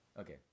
Okay